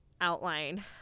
outline